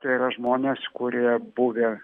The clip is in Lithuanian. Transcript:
tai yra žmonės kurie buvę